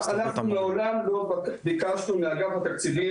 אנחנו מעולם לא ביקשנו מאגף התקציבים,